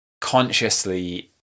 consciously